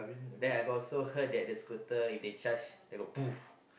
then I got also heard that the scooter if they charge they got